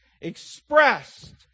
expressed